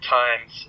times